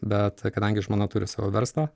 bet kadangi žmona turi savo verslą